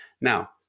Now